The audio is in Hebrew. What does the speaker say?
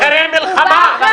מחרחרי מלחמה.